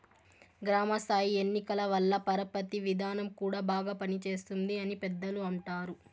గ్రామ స్థాయి ఎన్నికల వల్ల పరపతి విధానం కూడా బాగా పనిచేస్తుంది అని పెద్దలు అంటారు